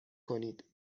کنید